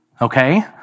okay